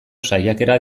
saiakera